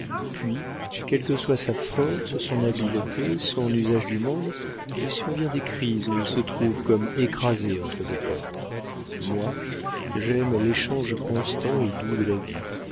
puis quels que soient sa force son habileté son usage du monde il survient des crises où il se trouve comme écrasé entre deux portes moi j'aime l'échange constant et doux de la vie